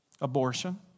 abortion